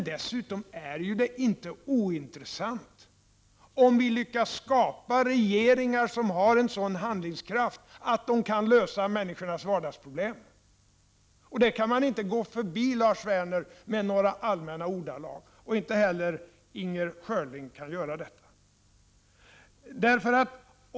Det är inte heller ointressant om vi lyckas skapa regeringar som har en sådan handlingskraft att de kan lösa människornas vardagsproblem. Detta kan man, Lars Werner och Inger Schörling, inte gå förbi med några allmänna ord.